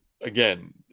again